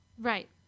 Right